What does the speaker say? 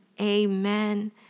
Amen